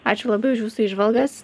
ačiū labai už jūsų įžvalgas